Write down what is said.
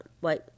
Wait